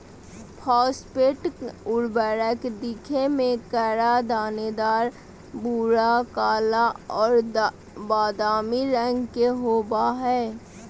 phosphate उर्वरक दिखे में कड़ा, दानेदार, भूरा, काला और बादामी रंग के होबा हइ